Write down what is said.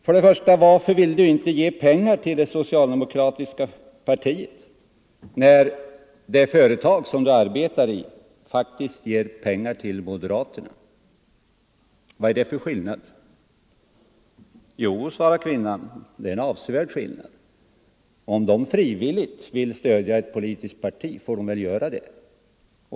Först och främst: Varför vill du inte ge pengar till det socialdemokratiska partiet när det företag som du arbetar i faktiskt ger pengar till moderaterna? Vad är det för skillnad? - Jo, svarade kvinnan, det är en avsevärd skillnad. Om företagarna frivilligt vill stödja ett politiskt parti får de väl göra det.